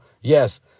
yes